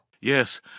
Yes